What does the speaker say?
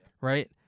right